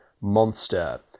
monster